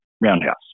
roundhouse